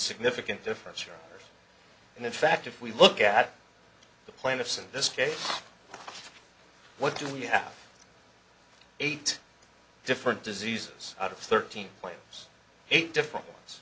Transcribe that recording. significant difference here and in fact if we look at the plaintiffs in this case what do we have eight different diseases out of thirteen claims eight different ones